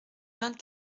vingt